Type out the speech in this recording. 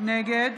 נגד